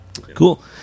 Cool